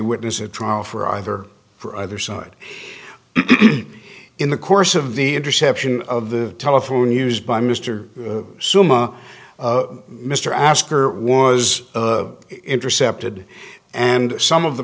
witness at trial for either for either side in the course of the interception of the telephone used by mr zuma mr asker was intercepted and some of the